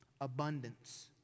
abundance